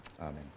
amen